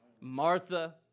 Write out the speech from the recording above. Martha